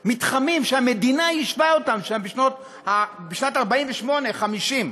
מתחמים שהמדינה יישבה אותם שם בשנים 1948 1950,